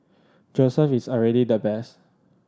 Joseph is already the best